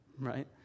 right